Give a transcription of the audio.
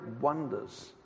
wonders